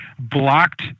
blocked